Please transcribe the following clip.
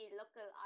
local